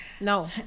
No